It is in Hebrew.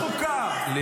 בואי נסכם,